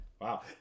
Wow